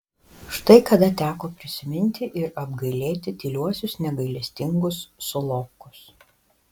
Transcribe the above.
štai kada teko prisiminti ir apgailėti tyliuosius negailestingus solovkus